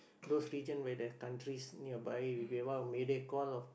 those region where there're countries nearby we want mayday call